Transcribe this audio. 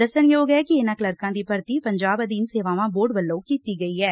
ਦਸਣਯੋਗ ਐ ਕਿ ਇਹ ਕਲਰਕਾਂ ਦੀ ਭਰਤੀ ਪੰਜਾਬ ਅਧੀਨ ਸੇਵਾਵਾਂ ਬੋਰਡ ਵੱਲੋਂ ਕੀਤੀ ਗਈ ਐ